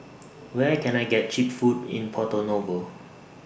Where Can I get Cheap Food in Porto Novo